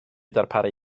darparu